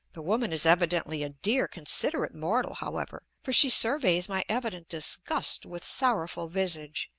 the woman is evidently a dear, considerate mortal, however, for she surveys my evident disgust with sorrowful visage,